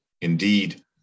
indeed